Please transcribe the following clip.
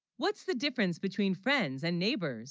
what's the difference between friends and neighbors